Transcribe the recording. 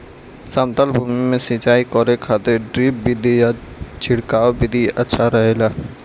समतल भूमि में सिंचाई करे खातिर ड्रिप विधि या छिड़काव विधि अच्छा रहेला?